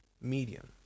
Medium